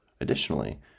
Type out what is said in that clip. Additionally